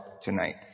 tonight